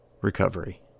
recovery